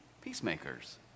peacemakers